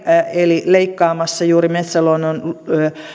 eli leikkaamassa juuri metsäluonnon